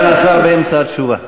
הרי הם הולכים לצבא.